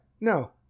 no